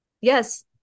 yes